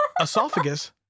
Esophagus